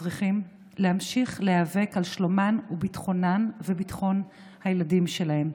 וצריכים להמשיך להיאבק של שלומן וביטחונן וביטחון הילדים שלהן.